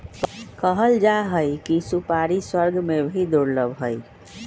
कहल जाहई कि सुपारी स्वर्ग में भी दुर्लभ हई